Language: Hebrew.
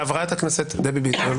חברת הכנסת דבי ביטון,